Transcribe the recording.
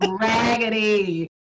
Raggedy